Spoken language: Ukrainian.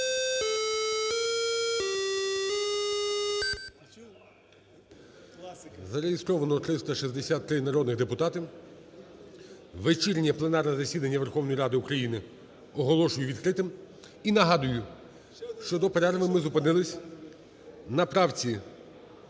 Зареєстровано 363 народних депутати. Вечірнє пленарне засідання Верховної Ради України оголошую відкритим. І нагадую, що до перерви ми зупинилися на правці